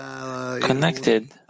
connected